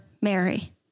Mary